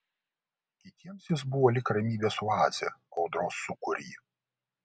kitiems jis buvo lyg ramybės oazė audros sūkury